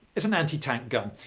it's an anti-tank gun.